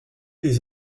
des